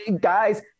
guys